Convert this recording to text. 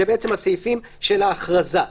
אלה בעצם הסעיפים של ההכרזה.